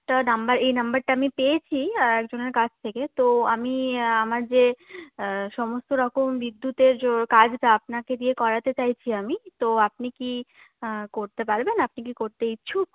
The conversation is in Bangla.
একটা নাম্বার এই নাম্বারটা আমি পেয়েছি আর একজনের কাছ থেকে তো আমি আমার যে সমস্ত রকম বিদ্যুতের যে কাজটা আপনাকে দিয়ে করাতে চাইছি আমি তো আপনি কি করতে পারবেন আপনি কি করতে ইচ্ছুক